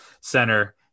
center